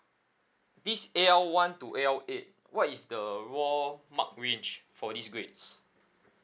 this A_L one to A_L eight what is the raw mark range for these grades